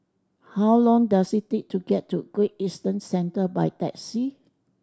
how long does it take to get to Great Eastern Centre by taxi